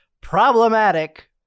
problematic